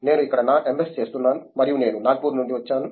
నేను ఇక్కడ నా ఎంఎస్ చేస్తున్నాను మరియు నేను నాగ్పూర్ నుండి వచ్చాను